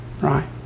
right